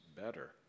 better